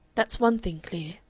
that's one thing clear.